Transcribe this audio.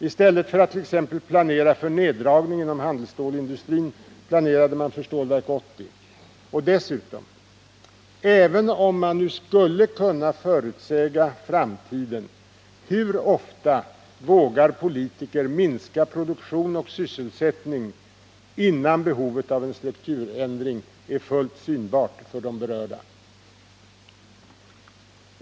I stället för att t.ex. planera för neddragning inom handelsstålindustrin planerade man för Stålverk 80. Och dessutom: Även om man nu skulle kunna förutse framtiden, hur ofta vågar politiker minska produktion och sysselsättning, innan behovet av en strukturförändring är fullt synbart för de berörda?